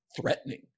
threatening